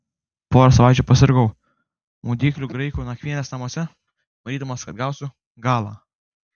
porą savaičių prasirgau maudyklių graikų nakvynės namuose manydamas kad gausiu galą